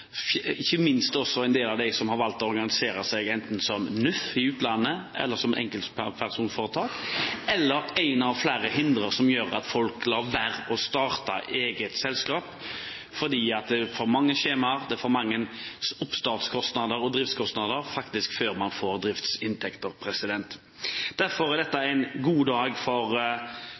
småbedrifter, ikke minst for en del av dem som har valgt å organisere seg enten som NUF i utlandet eller som enkeltpersonforetak, og er et av flere hindre som gjør at folk lar være å starte eget selskap fordi det er for mange skjemaer, og fordi det er for mange oppstartskostnader og driftskostnader før man faktisk får driftsinntekter. Derfor er dette en god dag for